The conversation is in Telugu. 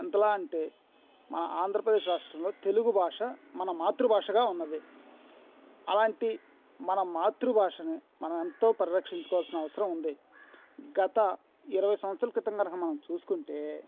ఎంతలా అంటే మన ఆంధ్రప్రదేశ్ రాష్ట్రంలో తెలుగు భాష మన మాతృభాషగా ఉన్నది అలాంటి మన మాతృభాషని మనం ఎంతో పరిరక్షించుకోవాల్సిన అవసరం ఉంది గత ఇరవై సంవత్సరాల క్రితం కనుక మనం చూసుకుంటే